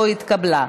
לא נתקבלה.